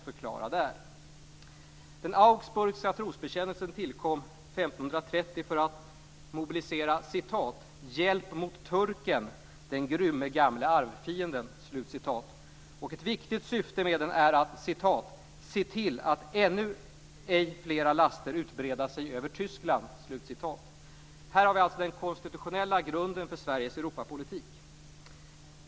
för att mobilisera "hjälp mot turken, den grymme gamle arvfienden" och ett viktigt syfte med den är att "se till, att ej ännu flera laster utbreda sig över Tyskland". Här har vi alltså den konstitutionella grunden för Sveriges Europapolitik.